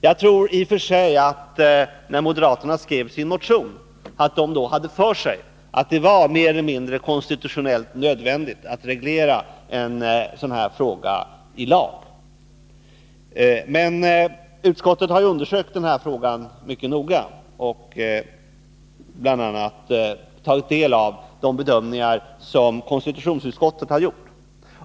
Jag tror i och för sig att moderaterna, när de skrev sin motion, hade för sig att det var mer eller mindre konstitutionellt nödvändigt att reglera en sådan här fråga i lag. Men utskottet har undersökt den här frågan mycket noga och bl.a. tagit del av bedömningar som konstitutionsutskottet har gjort.